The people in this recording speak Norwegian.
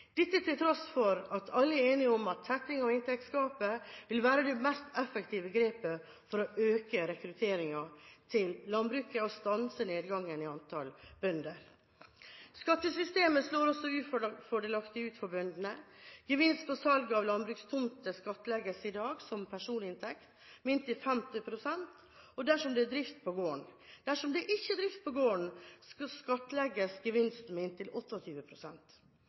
til tross for at alle er enige om at tetting av inntektsgapet vil være det mest effektive grepet for å øke rekrutteringen til landbruket og stanse nedgangen i antallet bønder. Skattesystemet slår også ufordelaktig ut for bøndene. Gevinst på salg av landbrukstomter skattlegges i dag som personinntekter med inntil 50 pst. dersom det er drift på gården. Dersom det ikke er drift på gården, skattlegges gevinsten med inntil